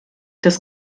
das